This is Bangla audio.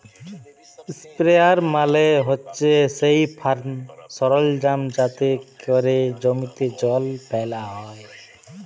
ইসপেরেয়ার মালে হছে সেই ফার্ম সরলজাম যাতে ক্যরে জমিতে জল ফ্যালা হ্যয়